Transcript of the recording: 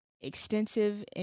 extensive